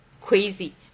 crazy